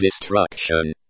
destruction